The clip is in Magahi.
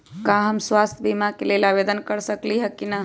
का हम स्वास्थ्य बीमा के लेल आवेदन कर सकली ह की न?